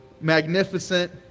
magnificent